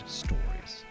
stories